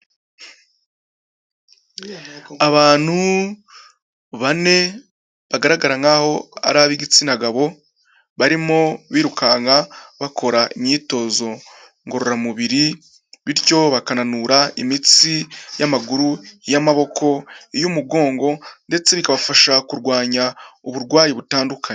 Abantu bane bagaragara nkaho ari ab'igitsina gabo barimo birukanka bakora imyitozo ngororamubiri bityo bakananura imitsi y'amaguru, iy'amaboko, iy'umugongo ndetse bikabafasha kurwanya uburwayi butandukanye.